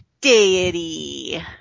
Deity